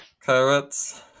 carrots